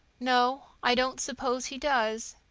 no, i don't suppose he does.